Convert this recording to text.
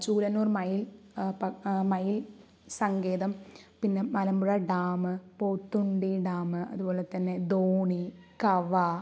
ചൂളന്നൂർ മയിൽ പക് മയിൽ സങ്കേതം പിന്നെ മലമ്പുഴ ഡാം പോത്തുണ്ടി ഡാം അതുപോലെ തന്നെ ധോണി കവ